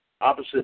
opposite